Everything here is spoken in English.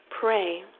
pray